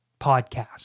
podcast